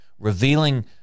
revealing